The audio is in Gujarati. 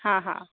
હા હા